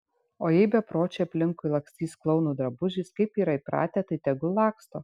o jei bepročiai aplinkui lakstys klounų drabužiais kaip yra įpratę tai tegul laksto